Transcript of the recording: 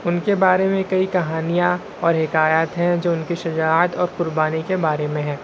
ان کے بارے میں کئی کہانیاں اور حکایات ہیں جو ان کی شجاعت اور قربانی کے بارے میں ہیں